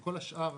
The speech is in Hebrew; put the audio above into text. כל השאר,